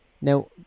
Now